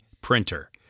printer